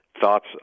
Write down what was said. thoughts